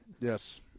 Yes